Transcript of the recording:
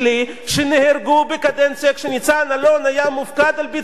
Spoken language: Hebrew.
שנהרגו בקדנציה כשניצן אלון היה מופקד על ביטחונם,